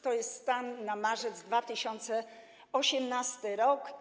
To jest stan na marzec 2018 r.